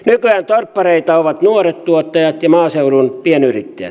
nykyään torppareita ovat nuoret tuottajat ja maaseudun pienyrittäjät